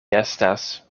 estas